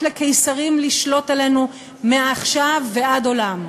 לקיסרים לשלוט עלינו מעכשיו ועד עולם.